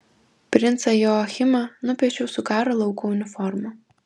princą joachimą nupiešiau su karo lauko uniforma